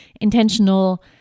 intentional